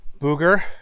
Booger